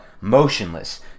motionless